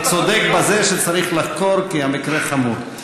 אתה צודק בזה שצריך לחקור, כי המקרה חמור.